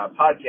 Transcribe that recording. Podcast